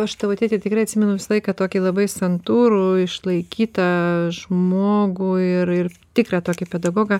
aš tavo tėtį tikrai atsimenu visą laiką tokį labai santūrų išlaikytą žmogų ir ir tikrą tokį pedagogą